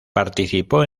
participó